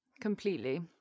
Completely